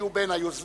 היה בין היוזמים.